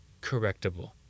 correctable